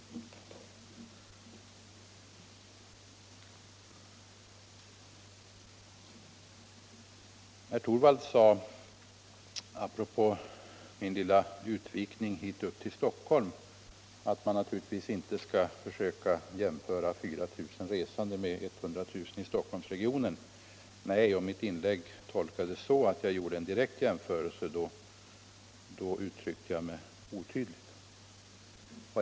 Herr Torwald sade apropå min lilla utvikning till Stockholm att man naturligtvis inte skall försöka jämföra 4 000 resande med de 100 000 i Stockholmsregionen. Nej, om mitt inlägg tolkas så att jag gjorde en direkt jämförelse där, så uttryckte jag mig otydligt.